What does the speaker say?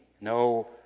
no